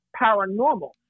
paranormal